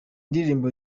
ndirimbo